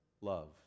love